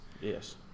Yes